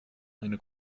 eine